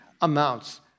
amounts